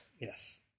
Yes